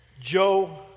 Joe